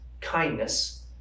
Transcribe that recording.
kindness